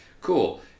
cool